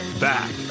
Back